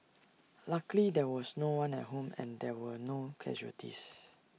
luckily there was no one at home and there were no casualties